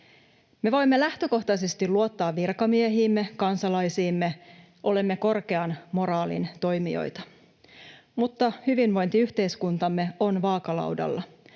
Me voimme lähtökohtaisesti luottaa virkamiehiimme, kansalaisiimme. Olemme korkean moraalin toimijoita, mutta hyvinvointiyhteiskuntamme on vaakalaudalla.